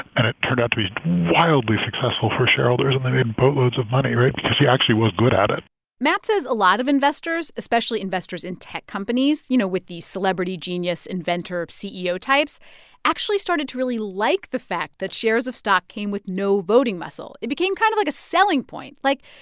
and it turned out to be wildly successful for shareholders, and they made boatloads of money right? because he actually was good at it matt says a lot of investors especially investors in tech companies, you know, with these celebrity genius inventor ceo types actually started to really like the fact that shares of stock came with no voting muscle. it became kind of like a selling point. like,